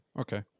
Okay